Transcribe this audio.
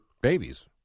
babies